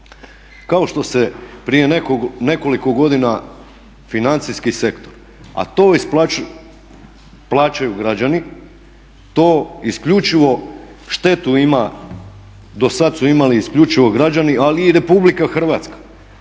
kao što se prije nekoliko godina financijski sektor, a to plaćaju građani, to isključivo štetu ima, do sad su imali isključivo građani ali i Republika Hrvatska.